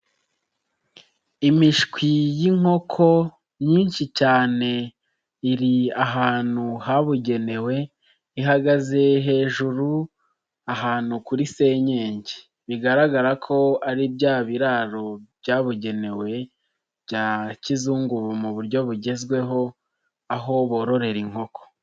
Imishwi y'inkoko myinshi cyane iri ahantu habugenewe ihagaze hejuru ahantu kuri senyenge, bigaragara ko ari bya biraro byabugenewe bya kizungu mu buryo bugezweho aho bororera inkoko.